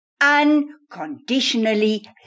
unconditionally